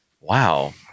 Wow